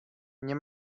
nie